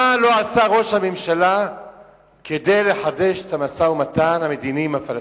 מה לא עשה ראש הממשלה כדי לחדש את המשא-ומתן המדיני עם הפלסטינים?